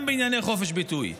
גם בענייני חופש ביטוי,